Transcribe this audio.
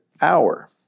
hour